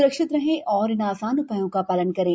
सुरक्षित रहें और इन आसान उपायों का पालन करें